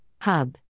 Hub